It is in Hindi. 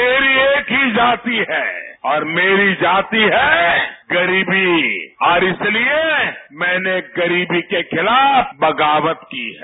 मेरी एक ही जाति है और मेरी जाति है गरीबी और इसलिए मैने गरीबी के खिलाफ बगावत की है